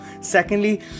Secondly